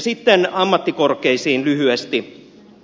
sitten ammattikorkeisiin lyhyesti